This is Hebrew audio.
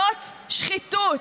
זאת שחיתות.